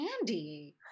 Andy